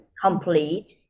complete